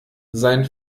sein